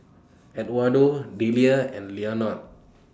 Eduardo Deliah and Leonard